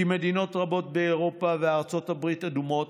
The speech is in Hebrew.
כי מדינות רבות באירופה וארצות הברית אדומות,